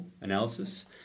analysis